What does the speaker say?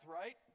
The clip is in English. right